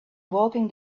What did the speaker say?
walking